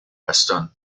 bastón